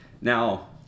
Now